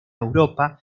europa